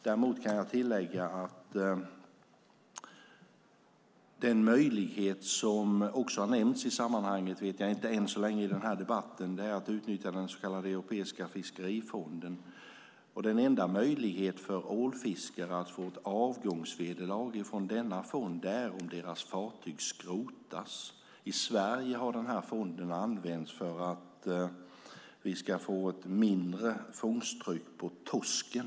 Däremot kan jag tillägga något som gäller den möjlighet som också har nämnts i sammanhanget, men ännu så länge inte i den här debatten, nämligen att utnyttja den så kallade Europeiska fiskerifonden. Den enda möjligheten för ålfiskare att få ett avgångsvederlag från denna fond är att deras fartyg skrotas. I Sverige har fonden använts för att vi ska få ett mindre fångsttryck på torsken.